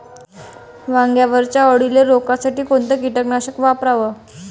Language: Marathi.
वांग्यावरच्या अळीले रोकासाठी कोनतं कीटकनाशक वापराव?